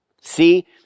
See